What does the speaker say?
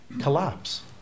collapse